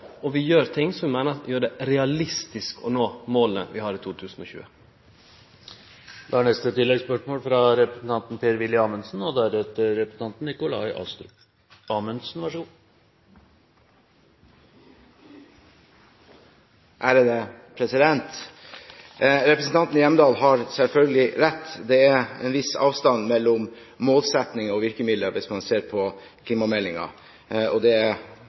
og vi gjer ting som vi meiner gjer det realistisk å nå måla vi har for 2020. Per-Willy Amundsen – til oppfølgingsspørsmål. Representanten Hjemdal har selvfølgelig rett. Det er en viss avstand mellom målsettinger og virkemidler, hvis man ser på klimameldingen, og det er